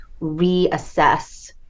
reassess